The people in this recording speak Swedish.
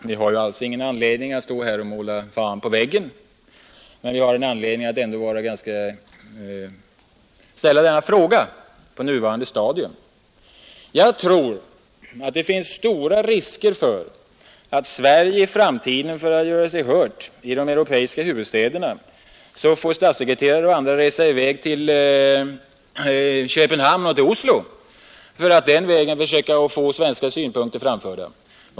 Jag har ingen anledning att stå här och måla fan på väggen, men det finns anledning att på nuvarande stadium beröra denna fråga. Jag tror att det finns stora risker för att Sverige i framtiden för att göra sig hört i de europeiska huvudstäderna får skicka statssekreterare och andra till Köpenhamn och Oslo för att den vägen försöka få svenska synpunkter framförda.